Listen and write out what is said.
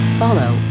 follow